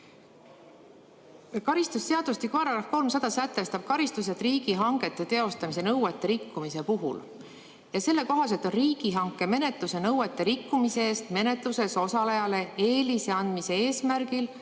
Karistusseadustiku § 300 sätestab karistused riigihangete teostamise nõuete rikkumise puhul ja selle kohaselt on riigihankemenetluse nõuete rikkumise eest menetluses osalejale eelise andmise eesmärgil,